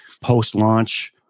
post-launch